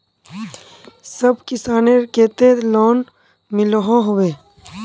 सब किसानेर केते लोन मिलोहो होबे?